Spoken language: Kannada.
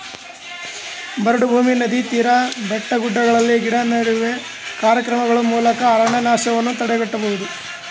ಬರಡು ಭೂಮಿ, ನದಿ ತೀರ, ಬೆಟ್ಟಗುಡ್ಡಗಳಲ್ಲಿ ಗಿಡ ನೆಡುವ ಕಾರ್ಯಕ್ರಮಗಳ ಮೂಲಕ ಅರಣ್ಯನಾಶವನ್ನು ತಡೆಗಟ್ಟಬೋದು